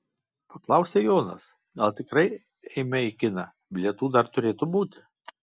paklausė jonas gal tikrai eime į kiną bilietų dar turėtų būti